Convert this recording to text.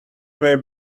may